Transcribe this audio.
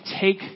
take